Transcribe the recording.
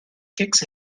kick